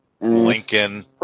Lincoln